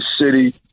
city